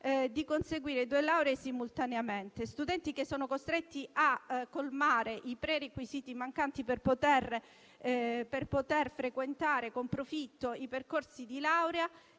di conseguire due lauree simultaneamente. A studenti costretti a colmare i prerequisiti mancanti per poter frequentare con profitto i percorsi di laurea